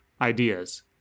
ideas